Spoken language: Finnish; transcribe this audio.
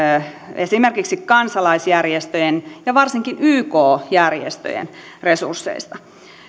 esimerkiksi kansalaisjärjestöjen ja varsinkin yk järjestöjen resursseista